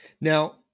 Now